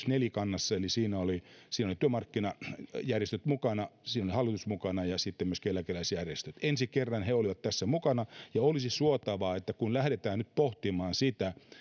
nelikannassa eli siinä olivat työmarkkinajärjestöt mukana siinä oli hallitus mukana ja sitten myöskin eläkeläisjärjestöt ensi kerran he olivat tässä mukana olisi suotavaa että kun lähdetään nyt pohtimaan sitä